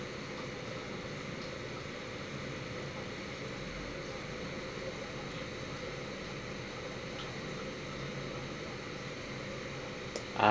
ah